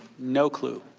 no clue.